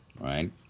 right